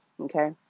Okay